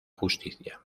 justicia